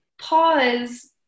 Pause